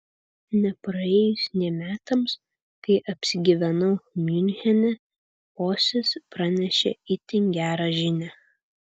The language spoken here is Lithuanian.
nepraėjus nė metams kai apsigyvenau miunchene uosis pranešė itin gerą žinią